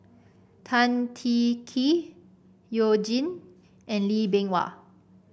Tan Teng Kee You Jin and Lee Bee Wah